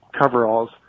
coveralls